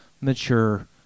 mature